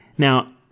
Now